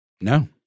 No